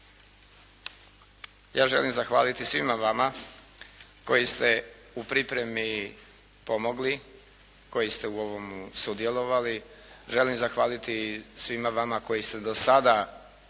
ja želim zahvaliti svima vama koji ste u pripremi pomogli, koji ste u ovomu sudjelovali, želim zahvaliti svima vama koji ste do sada podnijeli